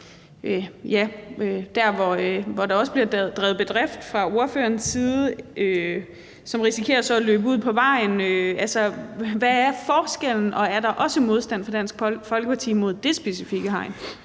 bl.a. der, hvor der også bliver drevet bedrift fra ordførerens side – som så risikerer at løbe ud på vejen? Altså, hvad er forskellen, og er der også en modstand fra Dansk Folkeparti mod dét specifikke hegn?